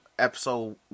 Episode